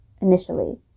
initially